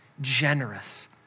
generous